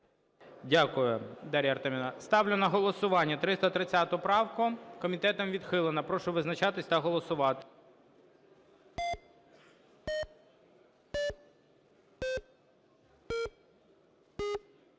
Дякую, Дар'я Артемівна. Ставлю на голосування 330 правку. Комітетом відхилена. Прошу визначатися та голосувати.